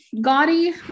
Gaudy